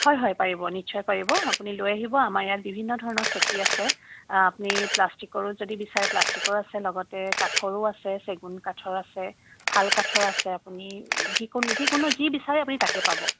হয় হয় পাৰিব নিশ্চয় পাৰিব আপুনি লৈ আহিব আমাৰ ইয়াত বিভিন্ন ধৰণৰ চকী আছে আপুনি প্লাষ্টিকৰো যদি বিচাৰে প্লাষ্টিকৰ আছে লগতে কাঠৰো আছে চেগুন কাঠৰ আছে শাল কাঠৰ আছে আপুনি যিকোনো যিকোনো যি বিচাৰে আপুনি তাকে পাব